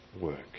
work